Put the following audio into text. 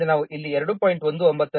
ಆದ್ದರಿಂದ ನಾವು ಇಲ್ಲಿ 2